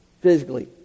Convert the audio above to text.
physically